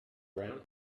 brown